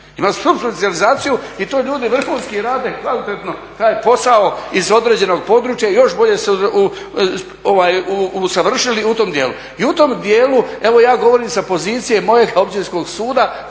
imamo subspecijalizaciju i to ljudi vrhunski rade kvalitetno taj posao iz određenog područja i još bolje se usavršili u tom dijelu. I u tom dijelu evo ja govorim sa pozicije mojeg općinskog suda